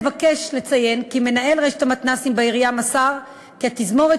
אבקש לציין כי מנהל רשת המתנ"סים בעירייה מסר כי התזמורת